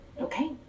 Okay